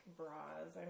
bras